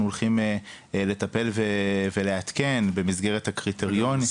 הולכים לטפל ולעדכן במסגרת הקריטריונים.